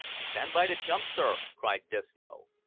stand by to jump, sir, cried disco.